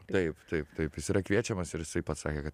taip taip taip jis yra kviečiamas ir jisai pasakė kad